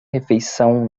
refeição